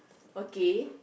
okay